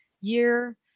year